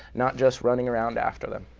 not just running around after them.